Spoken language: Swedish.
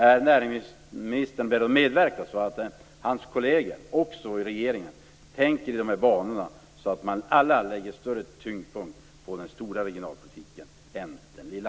Är näringsministern beredd att medverka till att också hans kolleger i regeringen tänker i dessa banor och att alla lägger större tyngd vid den stora regionalpolitiken än vid den lilla?